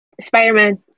Spider-Man